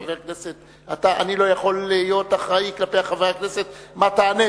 אני לא יכול להיות אחראי כלפי חברי הכנסת מה תענה,